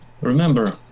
Remember